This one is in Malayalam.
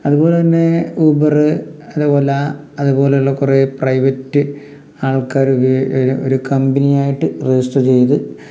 അതുപോലെ തന്നെ ഊബറ് അതേപോല അതുപോലെയുള്ള കുറേ പ്രൈവറ്റ് ആൾക്കാർ ഒരു കമ്പനിയായിട്ട് രജിസ്റ്റർ ചെയ്തു